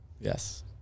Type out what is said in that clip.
yes